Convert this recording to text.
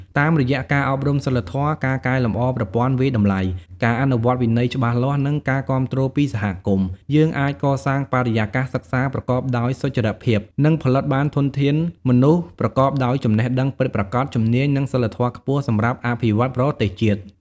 តាមរយៈការអប់រំសីលធម៌ ការកែលម្អប្រព័ន្ធវាយតម្លៃ ការអនុវត្តវិន័យច្បាស់លាស់ និងការគាំទ្រពីសហគមន៍ យើងអាចកសាងបរិយាកាសសិក្សាប្រកបដោយសុចរិតភាព និងផលិតបានធនធានមនុស្សប្រកបដោយចំណេះដឹងពិតប្រាកដ ជំនាញ និងសីលធម៌ខ្ពស់សម្រាប់អភិវឌ្ឍប្រទេសជាតិ។